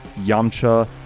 Yamcha